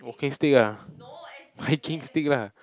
walking stick ah hiking stick lah